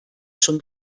schon